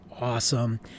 awesome